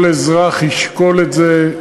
כל אזרח ישקול את זה,